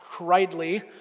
rightly